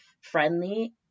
friendly